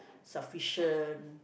sufficient